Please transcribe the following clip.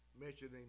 mentioning